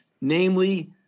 namely